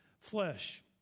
flesh